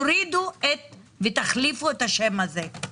תורידו את ותחליפו את השם הזה.